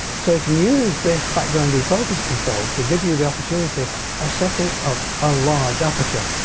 so you can use this background defocus control to give you the opportunity of setting up a large aperture.